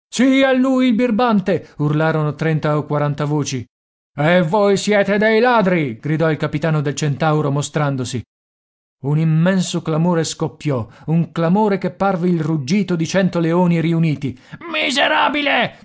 sì è lui il birbante urlarono trenta o quaranta voci e voi siete dei ladri gridò il capitano del centauro mostrandosi un immenso clamore scoppiò un clamore che parve il ruggito di cento leoni riuniti miserabile